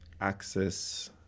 access